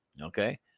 Okay